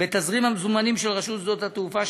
בתזרים המזומנים של רשות שדות התעופה,